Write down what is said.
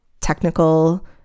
technical